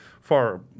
far